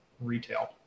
retail